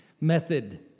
Method